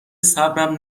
صبرم